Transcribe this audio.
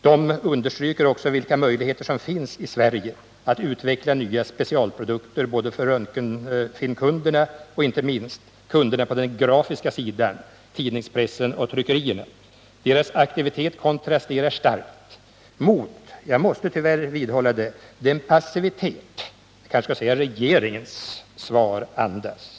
De understryker också vilka möjligheter som finns inom Sverige när det gäller att utveckla nya specialprodukter både för röntgenfilmskunderna och inte minst för kunderna på den grafiska sidan, dvs. pressen och tryckerierna. Personalorganisationernas aktivitet kontrasterar starkt mot — jag måste tyvärr vidhålla den bedömningen — den passivitet som statsrådets eller rättare sagt regeringens svar andas.